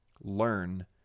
learn